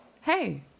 Hey